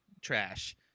trash